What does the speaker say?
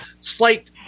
slight